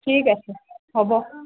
ঠিক আছে হ'ব